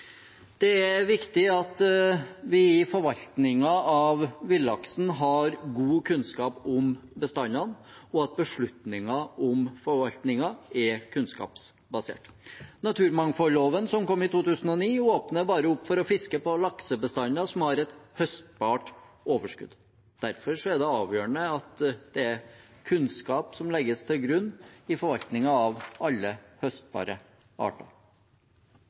Det er viktig at vi i forvaltningen av villaksen har god kunnskap om bestandene, og at beslutninger om forvaltningen er kunnskapsbasert. Naturmangfoldloven som kom i 2009, åpner bare opp for å fiske på laksebestander som har et høstbart overskudd. Derfor er det avgjørende at det er kunnskap som legges til grunn i forvaltningen av alle høstbare arter.